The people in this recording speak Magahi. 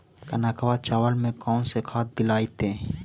कनकवा चावल में कौन से खाद दिलाइतै?